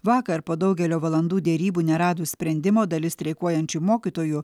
vakar po daugelio valandų derybų neradus sprendimo dalis streikuojančių mokytojų